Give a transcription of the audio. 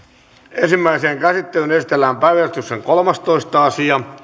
ensimmäiseen käsittelyyn esitellään päiväjärjestyksen kolmastoista asia